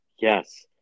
Yes